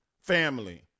family